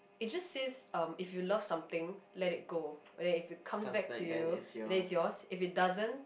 it just says um if you love something let it go okay if it comes back to you and then it's yours if it doesn't